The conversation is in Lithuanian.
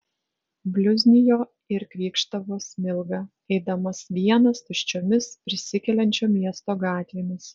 bliuznijo ir krykštavo smilga eidamas vienas tuščiomis prisikeliančio miesto gatvėmis